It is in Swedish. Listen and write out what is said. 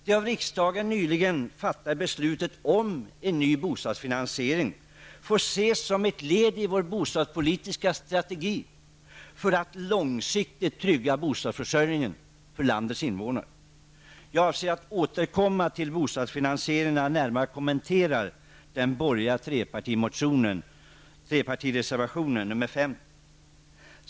Det av riksdagen nyligen fattade beslutet om en ny bostadsfinansiering får ses som ett led i vår bostadspolitiska strategi för att långsiktigt trygga bostadsförsörjningen för landets invånare. Jag avser att återkomma till bostadsfinansieringarna när jag närmare kommenterar den borgerliga trepartireservationen nr 50.